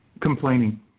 Complaining